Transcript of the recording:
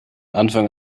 anfang